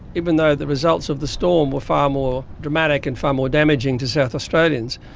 even though the results of the storm were far more dramatic and far more damaging to south australians,